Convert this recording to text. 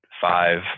five